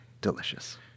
delicious